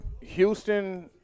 Houston